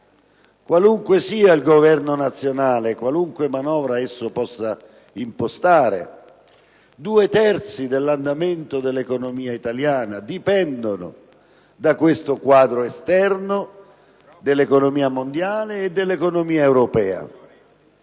qualunque sia il Governo nazionale, qualunque manovra esso possa impostare? Due terzi dell'andamento dell'economia italiana dipendono da questo quadro esterno dell'economia mondiale e di quella europea.